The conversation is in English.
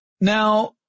Now